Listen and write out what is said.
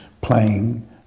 playing